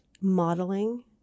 modeling